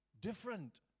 different